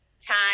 time